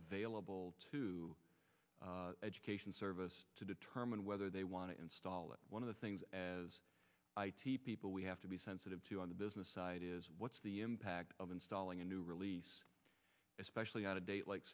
available to education service to determine whether they want to install it one of the things as people we have to be sensitive to on the business side is what's the impact of installing a new release especially on a date like